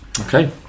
okay